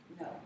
No